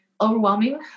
overwhelming